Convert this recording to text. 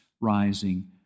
rising